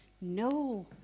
no